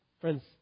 Friends